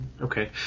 Okay